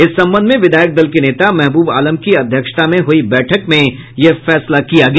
इस संबंध में विधायक दल के नेता महबूब आलम की अध्यक्षता में हुई बैठक में यह फैसला किया गया